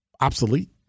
obsolete